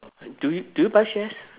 do you do you buy shares